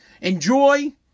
Enjoy